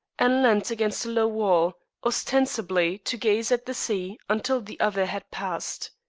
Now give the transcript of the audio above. and leant against a low wall, ostensibly to gaze at the sea until the other had passed.